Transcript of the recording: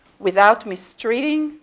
without mistreating,